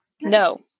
No